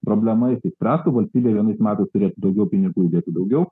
problema išsispręstų valstybė vienais metais turėtų daugiau pinigų įdėtų daugiau